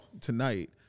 tonight